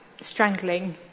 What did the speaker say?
strangling